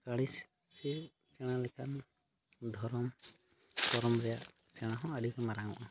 ᱟᱹᱲᱤᱥ ᱥᱮ ᱥᱮᱬᱟ ᱞᱮᱠᱟᱱ ᱫᱷᱚᱨᱚᱢ ᱠᱚᱨᱚᱢ ᱨᱮᱭᱟᱜ ᱥᱮᱬᱟᱦᱚᱸ ᱟᱹᱰᱤ ᱢᱟᱨᱟᱝᱚᱜᱼᱟ